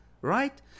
right